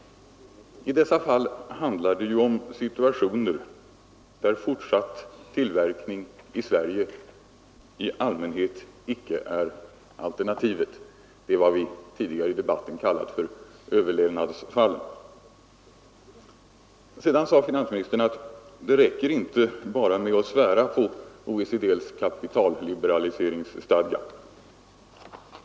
I dessa fall handlar det emellertid om situationer där fortsatt tillverkning i Sverige i allmänhet icke är alternativet. Det är vad vi tidigare i debatten kallat ”överlevnadsfallen”. Sedan sade finansministern att det räcker inte med att svära på OECD:s kapitalliberaliseringsstadga.